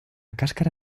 cáscara